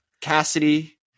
Cassidy